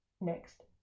next